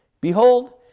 behold